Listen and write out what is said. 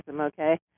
okay